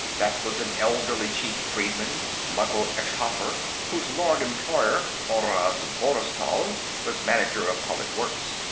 that was an elderly chief-freedman, mykhyl eschkhaffar, whose lord-employer, oraze borztall, was manager of public works.